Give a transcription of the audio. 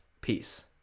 Peace